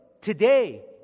today